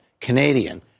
Canadian